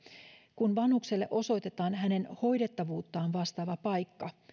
kun vanhukselle osoitetaan hänen hoidettavuuttaan vastaava paikka